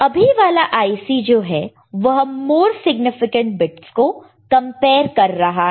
अभी वाला IC जो है वह मोर सिग्निफिकेंट बिट्स को कंपेयर कर रहा है